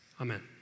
Amen